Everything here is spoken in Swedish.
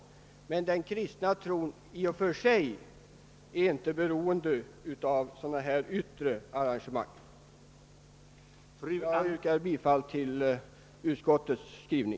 Den kristna tron i sig är inte beroende av sådana yttre arrangemang. Jag ber, herr talman, att få yrka bifall till utskottets hemställan.